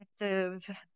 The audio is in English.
active